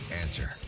Answer